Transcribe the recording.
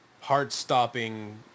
heart-stopping